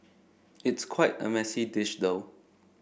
it's quite a messy dish though